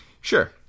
Sure